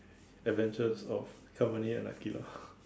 adventures of company and Aqilah